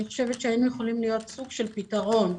אני חושבת שהיינו יכולים להיות סוג של פתרון.